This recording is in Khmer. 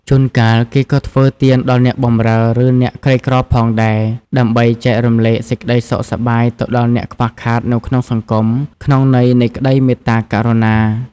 ជួនកាល គេក៏ធ្វើទានដល់អ្នកបម្រើ ឬអ្នកក្រីក្រផងដែរ ដើម្បីចែករំលែកសេចក្តីសុខសប្បាយទៅដល់អ្នកខ្វះខាតនៅក្នុងសង្គម ក្នុងន័យនៃក្តីមេត្តាករុណា។